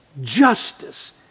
justice